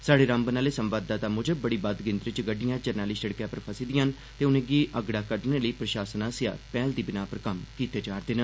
स्हाड़े रामबन आह्ले संवाददाता मुजब बड़ी बद्ध गिनतरी च गड़िड़आं जरनैली सिड़कै पर फसी दिआं न ते उनें'गी अगड़ा कड्डने लेई प्रशासन आसेआ पैह्ल दी बिनाह् पर कम्म कीते जा'रदे न